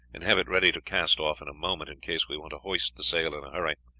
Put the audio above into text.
and have it ready to cast off in a moment, in case we want to hoist the sail in a hurry.